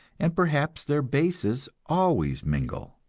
and perhaps their bases always mingle.